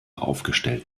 aufgestellt